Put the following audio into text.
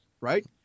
right